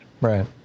right